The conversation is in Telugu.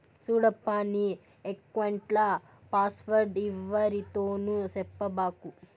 సూడప్పా, నీ ఎక్కౌంట్ల పాస్వర్డ్ ఎవ్వరితోనూ సెప్పబాకు